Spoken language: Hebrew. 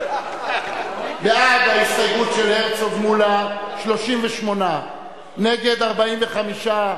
בעד ההסתייגות של הרצוג ומולה, 38, נגד, 45,